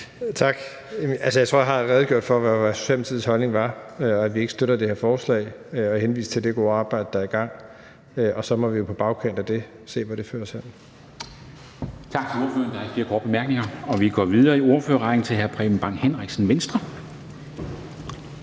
Tak. Jeg tror, at jeg har redegjort for, hvad Socialdemokratiets holdning er, og at vi ikke støtter det her forslag. Jeg har henvist til det gode arbejde, der er i gang. Og så må vi jo på bagkant af det se, hvor det fører os